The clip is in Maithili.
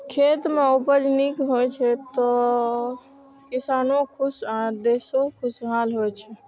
खेत मे उपज नीक होइ छै, तो किसानो खुश आ देशो खुशहाल होइ छै